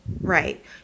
Right